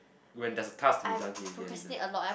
when there's a task to be done he will get it done